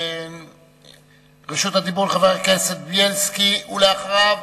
רשות הדיבור לחבר הכנסת בילסקי, ואחריו,